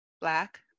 Black